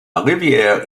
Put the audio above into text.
rivière